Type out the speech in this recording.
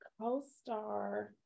Co-star